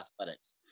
athletics